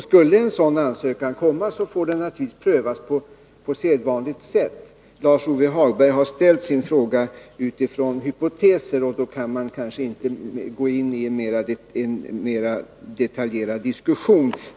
Skulle en sådan ansökan komma, får naturligtvis prövning ske på sedvanligt sätt. Lars-Ove Hagberg har ställt sin fråga utifrån hypoteser, och då kan man inte gå in i en mer detaljerad diskussion.